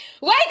Wait